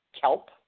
kelp